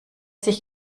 sich